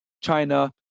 China